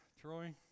Troy